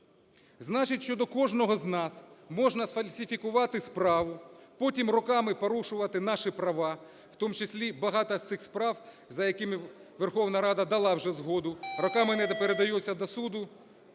Значить, що до кожного з нас можна сфальсифікувати справу, потім роками порушувати наші права, в тому числі багато з цих справ, за якими Верховна Рада дала вже згоду, роками не передаються до суду,